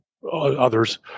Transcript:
others